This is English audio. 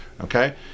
Okay